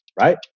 right